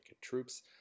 troops